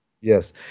Yes